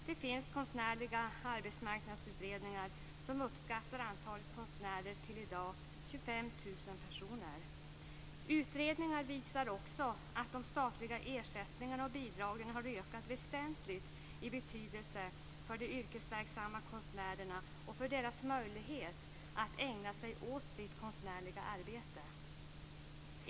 Det finns konstnärliga arbetsmarknadsutredningar som uppskattar att antalet konstnärer i dag är Utredningar visar också att de statliga ersättningarna och bidragen väsentligt har ökat i betydelse för de yrkesverksamma konstnärerna och för deras möjligheter att ägna sig åt sitt konstnärliga arbete.